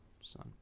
Son